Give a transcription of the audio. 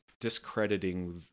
discrediting